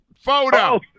Photo